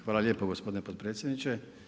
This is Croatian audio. Hvala lijepo gospodine potpredsjedniče.